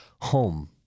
home